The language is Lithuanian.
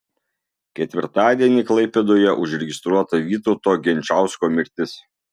ketvirtadienį klaipėdoje užregistruota vytauto genčausko mirtis